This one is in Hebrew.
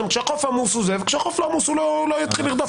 הוא שכשהחוף לא עמוס אז הפקח לא יתחיל לרדוף